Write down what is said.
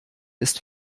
ist